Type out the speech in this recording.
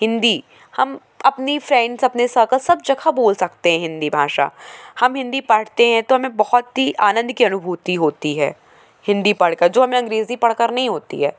हिन्दी हम अपनी फ्रेंड्स अपने सर्कल सब जगह बोल सकते हैं हिन्दी भाषा हम हिन्दी पढ़ते हैं तो हमें बहुत ही आनंद कि अनुभूति होती है हिन्दी पढ़ कर जो हमें हिन्दी पढ़ कर नहीं होती है